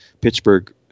Pittsburgh